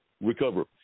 recover